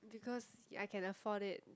because I can afford it